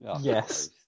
Yes